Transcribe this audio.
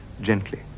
gently